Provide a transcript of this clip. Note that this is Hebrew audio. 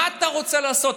מה אתה רוצה לעשות?